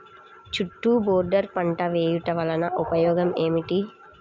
చుట్టూ బోర్డర్ పంట వేయుట వలన ఉపయోగం ఏమిటి?